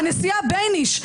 הנשיאה בייניש,